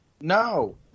No